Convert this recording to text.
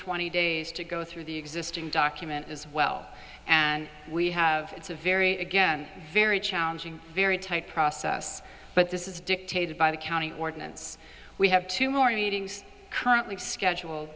twenty days to go through the existing document as well and we have it's a very again very challenging very tight process but this is dictated by the county ordinance we have two more meetings currently schedule